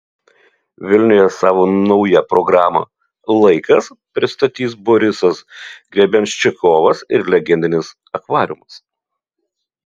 vilniuje savo naują programą laikas pristatys borisas grebenščikovas ir legendinis akvariumas